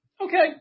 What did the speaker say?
Okay